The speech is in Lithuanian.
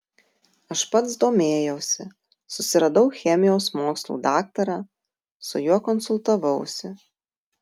aš pats domėjausi susiradau chemijos mokslų daktarą su juo konsultavausi